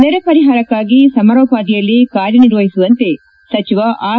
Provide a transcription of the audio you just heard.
ನೆರೆ ಪರಿಹಾರಕ್ಕಾಗಿ ಸಮರೋಪಾದಿಯಲ್ಲಿ ಕಾರ್ಯನಿರ್ವಹಿಸುವಂತೆ ಸಚಿವ ಆರ್